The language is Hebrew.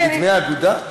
מדמי האגודה?